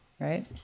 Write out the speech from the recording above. right